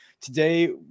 today